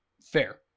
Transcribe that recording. Fair